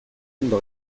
ondo